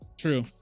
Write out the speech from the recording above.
true